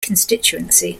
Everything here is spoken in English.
constituency